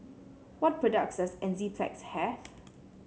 what products does Enzyplex have